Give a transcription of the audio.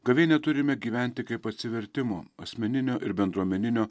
gavėnia turime gyventi kaip atsivertimo asmeninio ir bendruomeninio